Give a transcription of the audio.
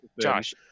Josh